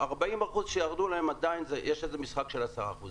40 אחוזים שירדו להם, עדיין יש משחק של 10 אחוזים.